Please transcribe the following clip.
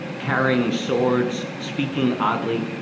carrying swords, speaking oddly,